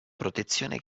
protezione